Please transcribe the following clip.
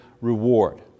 reward